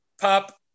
pop